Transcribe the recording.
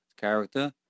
character